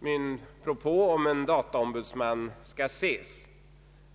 min propå om en dataombudsman skall ses.